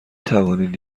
توانید